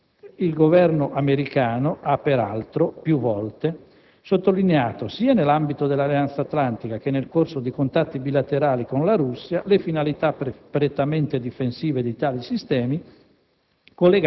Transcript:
Il Governo americano ha, peraltro, più volte sottolineato, sia nell'ambito dell'Alleanza atlantica, che nel corso di contatti bilaterali con la Russia, le finalità prettamente difensive di tali sistemi,